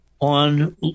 on